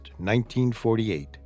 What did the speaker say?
1948